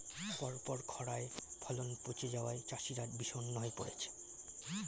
পরপর খড়ায় ফলন পচে যাওয়ায় চাষিরা বিষণ্ণ হয়ে পরেছে